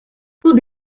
tout